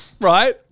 right